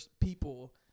people